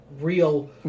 real